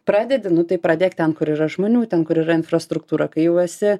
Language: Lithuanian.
pradedi nu tai pradėk ten kur yra žmonių ten kur yra infrastruktūra kai jau esi